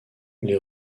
les